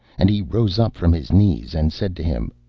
and he rose up from his knees and said to him,